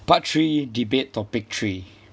part three debate topic three